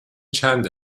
چند